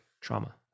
trauma